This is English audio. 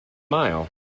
mile